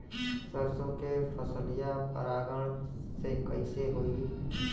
सरसो के फसलिया परागण से कईसे होई?